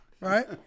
Right